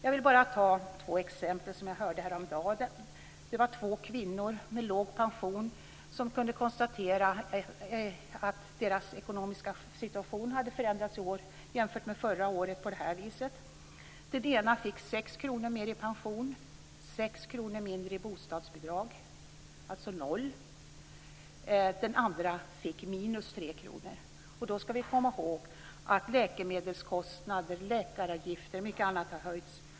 Jag vill bara ta två exempel som jag hörde häromdagen. Det var två kvinnor med låg pension som kunde konstatera att deras ekonomiska situation hade förändrats i år jämfört med förra året på det här viset. Den ena fick 6 kr mer i pension och 6 kr mindre i bostadsbidrag - alltså 0 kr. Den andra fick minus 3 kr. Då ska vi komma i håg att läkemedelskostnader, läkaravgifter och mycket annat har höjts.